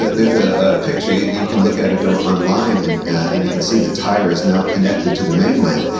there's a picture. you you can look at it um ah online and and you can see that tyre is now connected to the mainland,